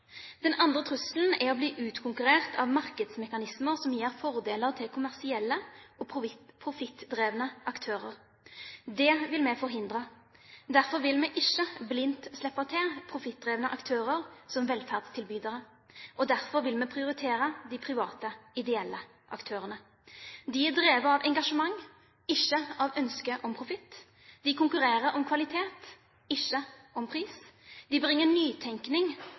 Den andre trusselen er å bli utkonkurrert av markedsmekanismer som gir fordeler til kommersielle og profittdrevne aktører. Det vil vi forhindre. Derfor vil vi ikke blindt slippe til profittdrevne aktører som velferdstilbydere. Derfor vil vi prioritere de private ideelle aktørene. De er drevet av engasjement, ikke av ønsket om profitt. De konkurrerer om kvalitet, ikke om pris. De bringer nytenkning,